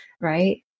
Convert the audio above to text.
right